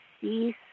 cease